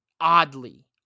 oddly